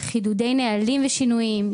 חידודי נהלים ושינויים,